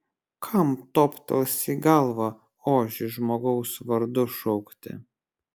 kam toptels į galvą ožį žmogaus vardu šaukti